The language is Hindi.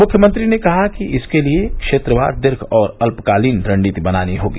मुख्यमंत्री ने कहा कि इसके लिए क्षेत्रवार दीर्घ और अल्पकालीन रणनीति बनानी होगी